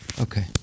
Okay